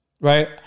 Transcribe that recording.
right